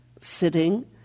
sitting